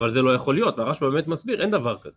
אבל זה לא יכול להיות, הרשב"א באמת מסביר, אין דבר כזה.